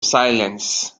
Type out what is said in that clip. silence